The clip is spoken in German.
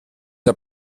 der